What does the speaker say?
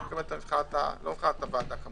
לא מבחינת הוועדה אני